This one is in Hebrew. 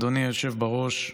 אדוני היושב בראש,